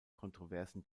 kontroversen